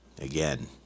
again